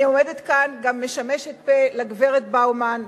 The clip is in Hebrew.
אני עומדת כאן וגם משמשת פה לגברת באומן,